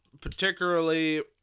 particularly